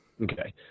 Okay